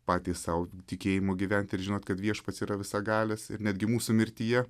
patys sau tikėjimu gyventi ir žinot kad viešpats yra visagalis ir netgi mūsų mirtyje